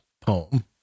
poem